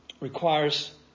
requires